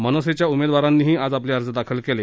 मनसेच्या उमेदवारांनीही आज आपले अर्ज दाखल केले